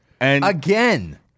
Again